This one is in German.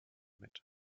mit